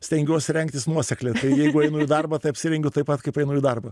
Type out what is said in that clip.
stengiuosi rengtis nuosekliai jeigu einu į darbą tai apsirengiu taip pat kaip einu į darbą